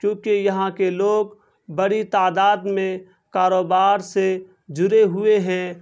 چونکہ یہاں کے لوگ بڑی تعداد میں کاروبار سے جڑے ہوئے ہیں